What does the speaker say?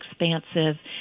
expansive